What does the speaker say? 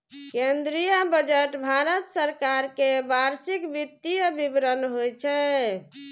केंद्रीय बजट भारत सरकार के वार्षिक वित्तीय विवरण होइ छै